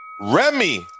Remy